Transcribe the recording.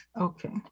Okay